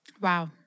Wow